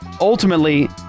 ultimately